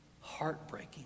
heartbreaking